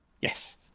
Yes